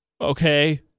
Okay